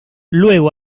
luego